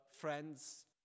friends